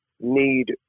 need